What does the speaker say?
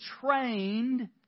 trained